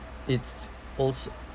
it's also